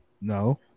No